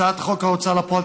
הצעת חוק ההוצאה לפועל,